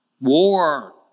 war